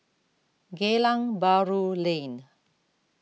Geylang Bahru Lane